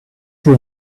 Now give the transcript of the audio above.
you